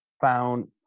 found